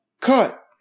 cut